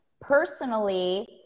personally